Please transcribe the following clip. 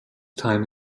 time